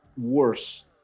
worse